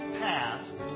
past